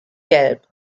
gelb